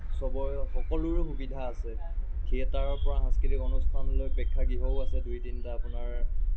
চবৰে সকলোৰে সুবিধা আছে থিয়েটাৰৰ পৰা সাংস্কৃতিক অনুষ্ঠানালৈকে প্ৰেক্ষাগৃহও আছে দুই তিনিটা আপোনাৰ